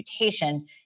mutation